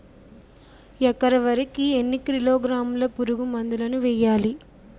ఎకర వరి కి ఎన్ని కిలోగ్రాముల పురుగు మందులను వేయాలి?